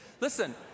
Listen